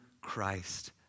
Christ